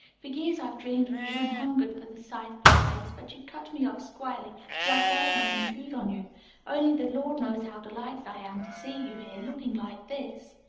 for years i've dreamed of you and hungered for the sight of your face but you cut me off squarely, so i dared not intrude on you only the lord knows how delighted i am to see you here, looking like this.